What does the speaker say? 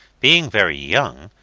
being very young,